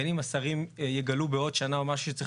בין אם השרים יגלו בעוד שנה או משהו שצריך